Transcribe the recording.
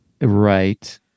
Right